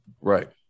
Right